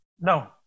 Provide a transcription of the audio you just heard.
No